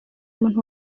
umuntu